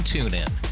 TuneIn